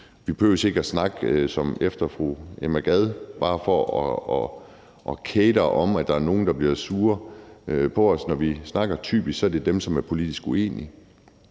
Vi behøver ikke at snakke som ifølge fru Emma Gad, bare fordi vi kerer os om, at der er nogle, der bliver sure på os, når vi snakker; typisk er det dem, som er politisk uenige